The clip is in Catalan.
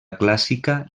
clàssica